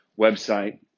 website